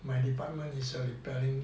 my department is err repairing